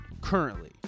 currently